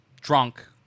drunk